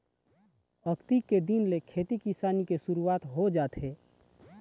अक्ती के दिन ले खेती किसानी के सुरूवात हो जाथे